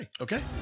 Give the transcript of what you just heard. Okay